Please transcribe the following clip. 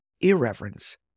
irreverence